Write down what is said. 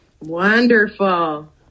wonderful